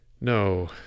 No